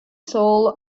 soul